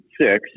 six